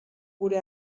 gure